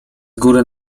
góry